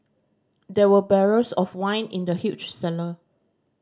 there were barrels of wine in the huge cellar